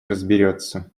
разберется